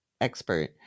expert